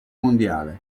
mondiale